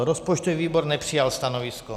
Rozpočtový výbor nepřijal stanovisko.